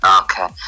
Okay